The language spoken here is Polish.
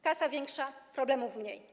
Kasa większa, problemów mniej.